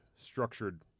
structured